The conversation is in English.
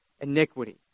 iniquity